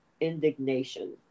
indignation